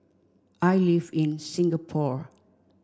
I live in Singapore